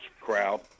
crowd